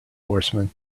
horsemen